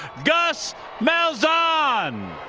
gus mal, ah and